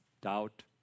doubt